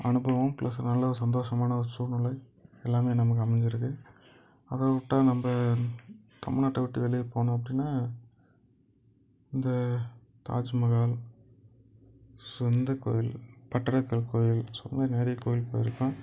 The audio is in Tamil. அனுபவம் ப்ளஸ் நல்ல ஒரு சந்தோஷமான ஒரு சூழ்நிலை எல்லாமே நமக்கு அமைஞ்சிருக்கு அதை விட்டா நம்ம தமிழ்நாட்ட விட்டு வெளிய போனோம் அப்படினா இந்த தாஜ்மஹால் சொந்த கோவில் பட்டடக்க கோவில் ஸோ நிறையா கோவில் போயிருக்கோம்